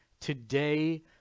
today